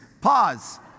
Pause